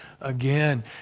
again